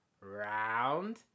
round